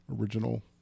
original